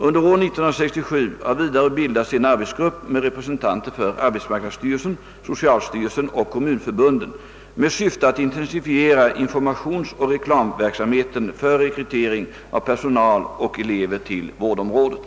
Under år 1967 har vidare bildats en arbetsgrupp med representanter för arbetsmarknadsstyrelsen, socialstyrelsen och kommunförbunden med syfte att intensifiera informationsoch reklamverksamheten för rekrytering av personal och elever till vårdområdet.